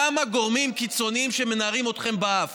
כמה גורמים קיצוניים שמנערים אתכם באף.